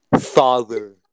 Father